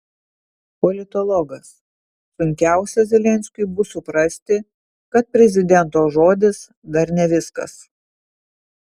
politologas sunkiausia zelenskiui bus suprasti kad prezidento žodis dar ne viskas